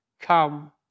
come